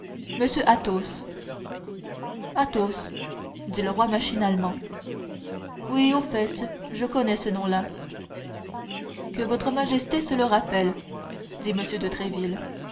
favorablement m athos athos dit le roi machinalement oui au fait je connais ce nom que votre majesté se le rappelle dit m de